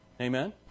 Amen